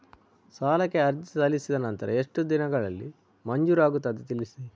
ಸಾಲಕ್ಕೆ ಅರ್ಜಿ ಸಲ್ಲಿಸಿದ ನಂತರ ಎಷ್ಟು ದಿನಗಳಲ್ಲಿ ಮಂಜೂರಾಗುತ್ತದೆ ತಿಳಿಸಿ?